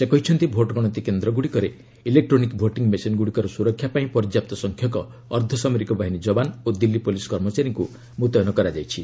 ସେ କହିଛନ୍ତି ଭୋଟଗଣତି କେନ୍ଦ୍ରଗୁଡ଼ିକରେ ଇଲେକ୍ଟ୍ରୋନିକ୍ ଭୋଟିଂ ମେସିନ୍ଗୁଡ଼ିକର ସ୍ରରକ୍ଷା ପାଇଁ ପର୍ଯ୍ୟାପ୍ତ ସଂଖ୍ୟକ ଅର୍ଦ୍ଧ ସାମରିକ ବାହିନୀ ଯବାନ ଓ ଦିଲ୍ଲୀ ପୁଲିସ୍ କର୍ମଚାରୀମାନଙ୍କୁ ମୁତୟନ କରାଯାଇଛି